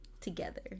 together